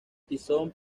tyson